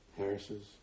Harris's